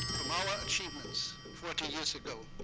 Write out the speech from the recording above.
from our achievements forty years ago.